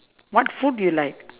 what food do you like